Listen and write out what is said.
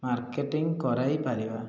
marketing କରାଇପାରିବା